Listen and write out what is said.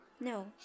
No